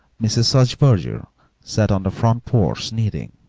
mrs. sudsberger sat on the front porch knitting.